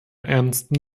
ernsten